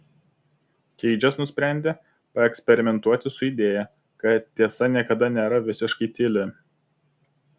keidžas nusprendė paeksperimentuoti su idėja kad tiesa niekada nėra visiškai tyli